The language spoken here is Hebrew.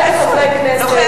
אין חברי כנסת,